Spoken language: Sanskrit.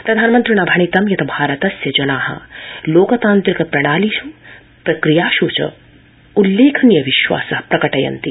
प्रधानमन्त्रिणा भणितं यत् भारतस्य जना लोकतान्त्रिक प्रणालिस् प्रक्रियास् च उल्लेखनीय विश्वास प्रकटयन्ति